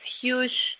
huge